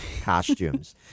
costumes